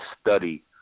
study